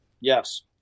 Yes